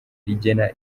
rigena